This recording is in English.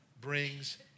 brings